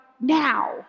now